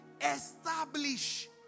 establish